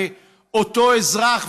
לאותו אזרח,